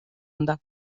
anda